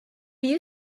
you